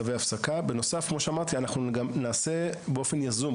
בנוסף, כמו שאמרתי, אנחנו גם נעשה באופן יזום.